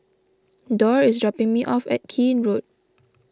Dorr is dropping me off at Keene Road